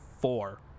four